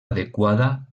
adequada